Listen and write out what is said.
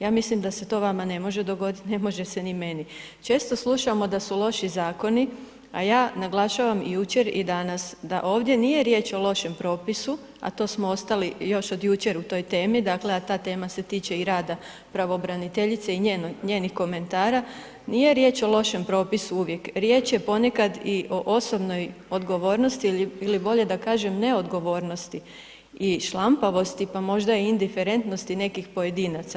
Ja mislim da se to vama ne može dogodit, ne može se ni meni, često slušamo da su loši zakoni, a ja naglašavam i jučer i danas da ovdje nije riječ o lošem propisu, a to smo ostali još od jučer u toj temi, dakle, a ta tema se tiče i rada pravobraniteljice i njenih komentara, nije riječ o lošem propisu uvijek, riječ je ponekad i o osobnoj odgovornosti ili bolje da kažem ne odgovornosti i šlampavosti, pa možda i indiferentnosti nekih pojedinaca.